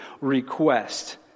request